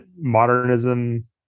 modernism